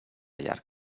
llarg